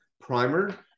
primer